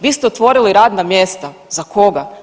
Vi ste otvorili radna mjesta, za koga?